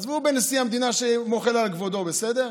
עזבו נשיא המדינה, שמוחל על כבודו, בסדר,